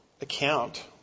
account